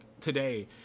today